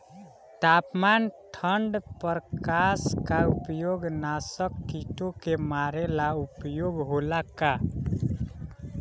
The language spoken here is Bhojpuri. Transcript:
तापमान ठण्ड प्रकास का उपयोग नाशक कीटो के मारे ला उपयोग होला का?